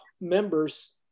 members